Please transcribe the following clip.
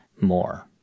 more